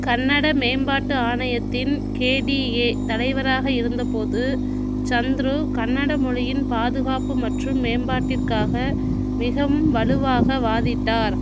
கன்னட மேம்பாட்டு ஆணையத்தின் கேடிஏ தலைவராக இருந்தபோது சந்துரு கன்னட மொழியின் பாதுகாப்பு மற்றும் மேம்பாட்டிற்காக மிகவும் வலுவாக வாதிட்டார்